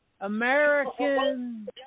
American